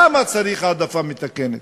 שם צריך אפליה מתקנת.